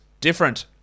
different